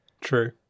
True